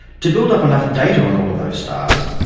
to build up enough data on all of those stars,